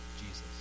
Jesus